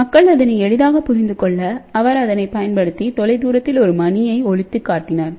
மக்கள் அதனை எளிதாக புரிந்து கொள்ள அவர் அதனை பயன்படுத்திதொலைதூரத்தில் ஒரு மணியை ஒலித்து காட்டினார்